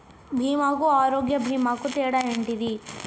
బీమా కు ఆరోగ్య బీమా కు తేడా ఏంటిది?